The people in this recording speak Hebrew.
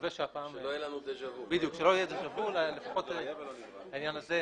לא היה ולא נברא.